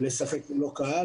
לשחק ללא קהל.